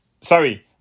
Sorry